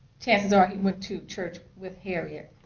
chances are he went to church with harriet.